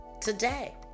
today